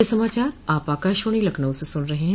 ब्रे क यह समाचार आप आकाशवाणी लखनऊ से सुन रहे हैं